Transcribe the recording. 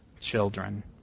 children